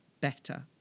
better